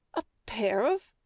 a pair of.